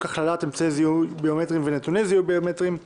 החלת אמצעי זיהוי ביומטריים ונתוני זיהוי ביומטריים